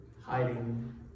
hiding